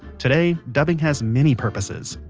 today, dubbing has many purposes.